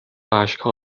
اشکها